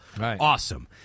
Awesome